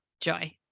Joy